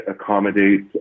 accommodate